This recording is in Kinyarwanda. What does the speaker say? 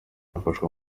bwafasha